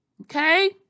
Okay